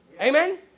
Amen